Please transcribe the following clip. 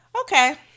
okay